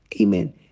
Amen